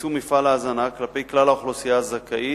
יישום מפעל ההזנה כלפי כלל האוכלוסייה הזכאית,